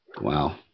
Wow